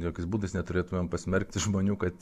jokiais būdais neturėtumėm pasmerkti žmonių kad